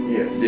Yes